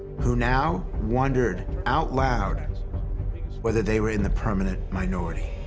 who now wondered out loud whether they were in the permanent minority.